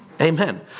Amen